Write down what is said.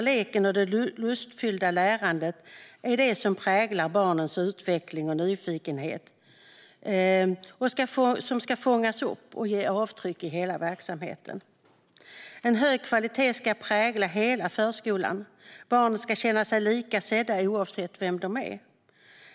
Leken och det lustfyllda lärandet är det som präglar barnens utveckling, och nyfikenhet ska fångas upp och ge avtryck i hela verksamheten. En hög kvalitet ska prägla hela förskolan. Barnen ska känna sig lika sedda oavsett vilka de är.